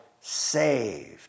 saved